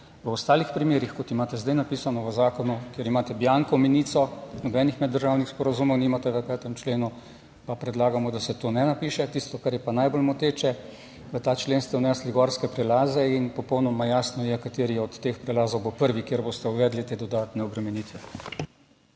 V ostalih primerih, kot imate zdaj napisano v zakonu, kjer imate bianko menico, nobenih meddržavnih sporazumov nimate v 5. členu, pa predlagamo, da se to ne napiše. Tisto, kar je pa najbolj moteče v ta člen ste vnesli gorske prelaze in popolnoma jasno je, kateri od teh prelazov bo prvi, kjer boste uvedli te dodatne obremenitve.